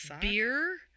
beer